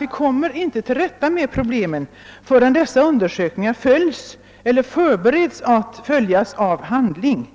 Vi kommer emellertid inte till rätta med problemen förrän dessa undersökningar följs av handling.